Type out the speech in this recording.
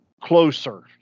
closer